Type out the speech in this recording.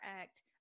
Act